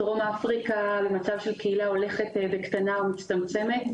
דרום אפריקה ממצב של קהילה הולכת בקטנה ומצטמצמת,